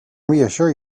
reassure